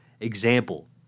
example